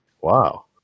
wow